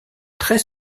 très